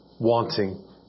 wanting